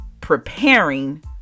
preparing